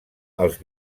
els